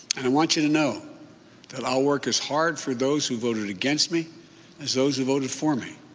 and i want you to know that i'll work as hard for those who voted against me as those who voted for me.